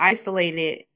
isolated